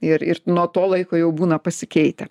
ir ir nuo to laiko jau būna pasikeitę